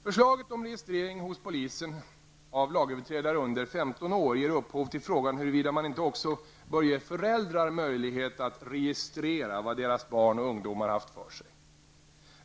Förslaget om registrering hos polisen av lagöverträdare under 15 år ger upphov till frågan huruvida man inte också bör ge föräldrar möjlighet att ''registrera'' vad deras barn och ungdomar haft för sig.